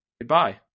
Goodbye